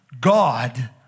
God